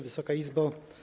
Wysoka Izbo!